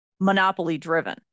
Monopoly-driven